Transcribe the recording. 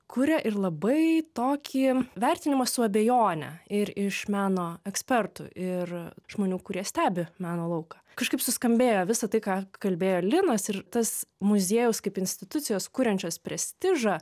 kuria ir labai tokį vertinimą su abejone ir iš meno ekspertų ir žmonių kurie stebi meno lauką kažkaip suskambėjo visa tai ką kalbėjo linas ir tas muziejaus kaip institucijos kuriančios prestižą